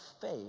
faith